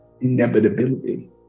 inevitability